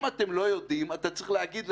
אם אתם לא יודעים אתה צריך להגיד את